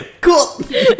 cool